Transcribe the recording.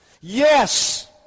yes